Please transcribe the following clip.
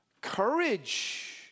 Courage